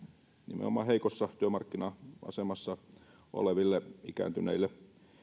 nimenomaan heikossa työmarkkina asemassa oleville ikääntyneille